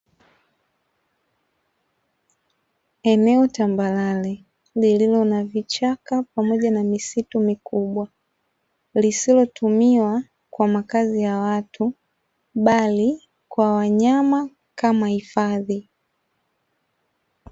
Eneo tambarare lililo na vichaka pamoja na misitu mikubwa, lisilotumiwa kwa makazi ya watu bali kwa wanyama kama hifadhi.